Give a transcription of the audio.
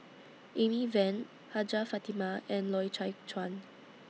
Amy Van Hajjah Fatimah and Loy Chye Chuan